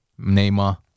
Neymar